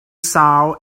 sound